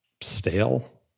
stale